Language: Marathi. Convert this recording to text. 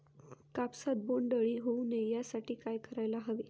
कापसात बोंडअळी होऊ नये यासाठी काय करायला हवे?